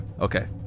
Okay